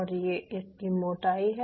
और ये इसकी मोटाई है